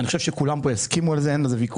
אני חושב שכולם פה יסכימו על זה, אין על זה ויכוח.